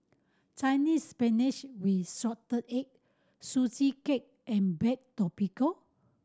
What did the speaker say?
Chinese Spinach with assorted egg Sugee Cake and baked tapioca